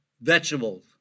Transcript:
vegetables